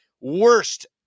worst